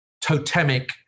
totemic